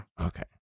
Okay